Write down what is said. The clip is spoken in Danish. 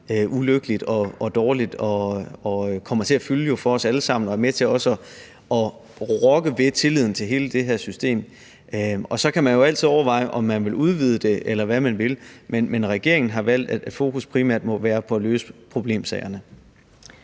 ulykkeligt og dårligt, og som jo kommer til at fylde for os alle sammen og også er med til at rokke ved tilliden til hele det her system. Så kan man jo altid overveje, om man vil udvide det, eller hvad man vil, men regeringen har valgt, at fokus primært må være på at løse problemsagerne.